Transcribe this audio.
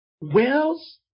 Wells